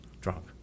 drunk